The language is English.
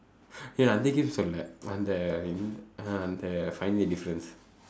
eh அந்த:andtha game பத்தி சொல்லல அந்த அந்த அந்த:paththi sollala andtha andtha andtha find the difference